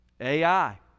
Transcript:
AI